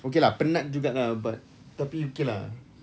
okay lah penat juga lah but tapi okay lah